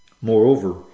Moreover